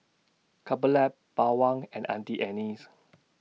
Couple Lab Bawang and Auntie Anne's